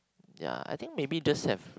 ya I think maybe just have